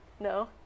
No